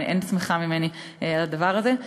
ואין שמחה ממני על הדבר הזה.